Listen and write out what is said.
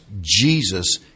Jesus